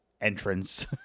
entrance